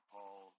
Paul